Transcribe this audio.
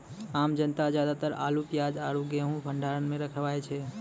आम जनता ज्यादातर आलू, प्याज आरो गेंहूँ भंडार मॅ रखवाय छै